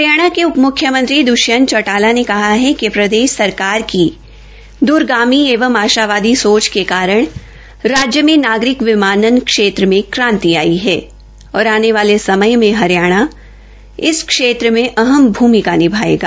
हरियाणा के उपमुख्यमंत्री दृष्यंत चौटाला ने कहा है कि प्रदेश सरकार की द्रगामी एवं आशावादी के कारण राज्य में नागरिक विमानन क्षेत्र में क्रांति आई है और आने वाले समय में हरियाणा इस क्षेत्र में अहम भूमिका निभायेगा